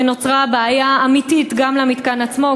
ונוצרה בעיה אמיתית גם למתקן עצמו,